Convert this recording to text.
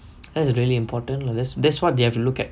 that's really important this this what they have to look at